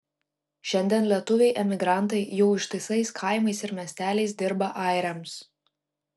šiandien lietuviai emigrantai jau ištisais kaimais ir miesteliais dirba airiams